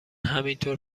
همینطور